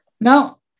Now